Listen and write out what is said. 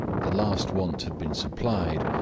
the last want had been supplied,